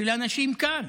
של אנשים כאן.